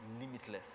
limitless